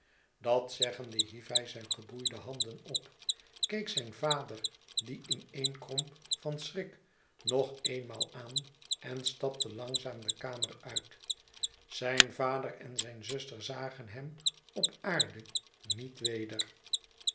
dat zeggende hief hij zijn geboeide handen op keek zijn vader die ineenkromp van schrik nog eenmaal aan en stapte langzaam de karner uit zijn vader en zijn zuster zagen hem op aarde niet weder